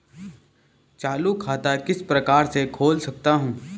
चालू खाता किस प्रकार से खोल सकता हूँ?